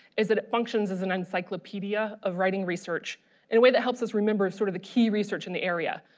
is that it functions as an encyclopedia of writing research in a way that helps us remember sort of the key research in the area,